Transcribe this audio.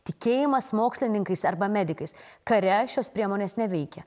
tikėjimas mokslininkais arba medikais kare šios priemonės neveikia